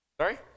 Sorry